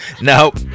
Nope